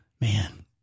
Man